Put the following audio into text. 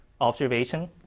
observation